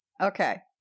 Okay